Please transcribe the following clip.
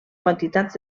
quantitats